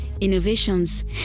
Innovations